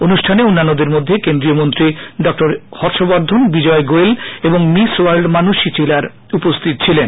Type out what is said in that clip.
অনুষ্ঠানে অন্যান্যদের মধ্যে কেন্দ্রীয় মন্ত্রী ড হর্ষবর্ধন বিজয় গোয়েল এবং মিস ওয়ার্ল্ড মানুষী চিলার উপস্থিত ছিলেন